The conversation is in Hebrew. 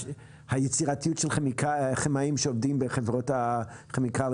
היצירתיות של כימאים שעובדים בחברות הכימיקלים